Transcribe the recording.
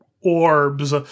orbs